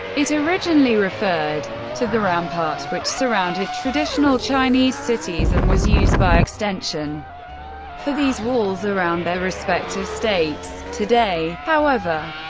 it originally referred to the rampart which surrounded traditional chinese cities and was used by extension for these walls around their respective states today, however,